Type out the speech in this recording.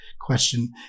question